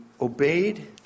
obeyed